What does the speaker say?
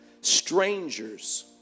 strangers